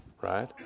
right